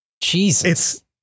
Jesus